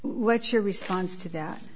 what's your response to that